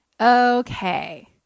Okay